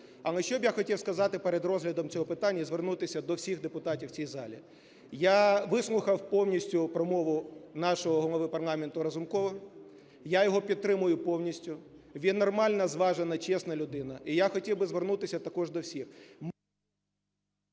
Але, щоб я хотів сказати перед розглядом цього питання, і звернутися до всіх депутатів у цій, я вислухав повністю промову нашого Голови парламенту Разумкова, я його підтримую повністю, він нормальна, зважена, чесна людина. І я хотів би звернутися також до всіх.